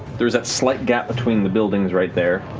there is that slight gap between the buildings right there.